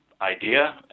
idea